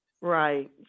right